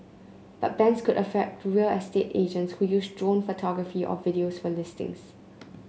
but bans could affect real estate agents who use drone photography or videos for listings